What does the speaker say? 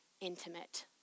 intimate